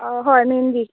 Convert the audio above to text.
हय मेंहदी